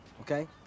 okay